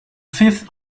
fifth